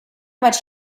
much